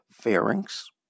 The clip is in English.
pharynx